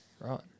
Right